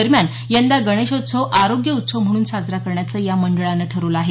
दरम्यान यंदा गणेशोत्सव आरोग्य उत्सव म्हणून साजरा करण्याचं या मंडळानं ठरवलं आहे